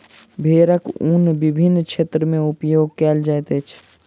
भेड़क ऊन विभिन्न क्षेत्र में उपयोग कयल जाइत अछि